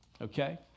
Okay